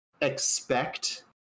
expect